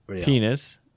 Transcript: penis